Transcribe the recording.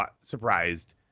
surprised